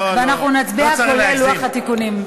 לא צריך להגזים.